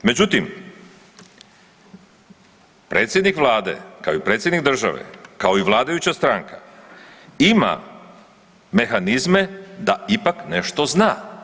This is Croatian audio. Međutim, predsjednik Vlade, kao i Predsjednik države, kao i vladajuća stranka ima mehanizme da ipak nešto zna.